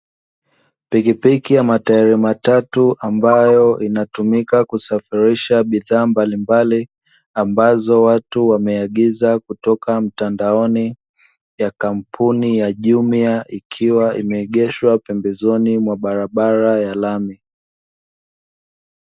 Pikipiki ya matairi matatu ambayo inatumika kusafirisha bidhaa mbalimbali, ambazo watu wameagiza kutoka mtandaoni ya kampuni ya "JUMIA" ikiwa imeegeshwa pembezoni mwa barabara ya rami.